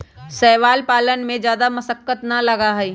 शैवाल पालन में जादा मशक्कत ना लगा हई